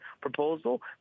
proposal